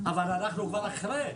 אבל אנחנו כבר אחרי זה.